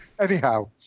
Anyhow